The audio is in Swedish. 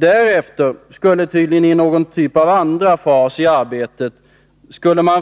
Därefter skulle man tydligen i någon typ av andra fas i arbetet